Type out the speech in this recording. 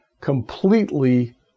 completely